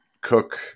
cook